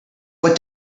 what